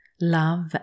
love